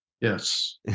Yes